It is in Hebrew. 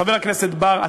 חבר הכנסת בר,